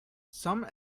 some